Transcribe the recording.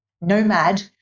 nomad